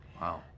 Wow